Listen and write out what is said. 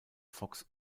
fox